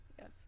yes